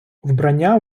вбрання